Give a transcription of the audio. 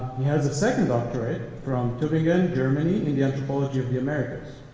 he has a second doctrine from tubingen, germany in the anthropology of the americans.